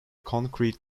concrete